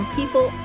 people